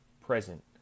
present